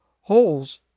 Holes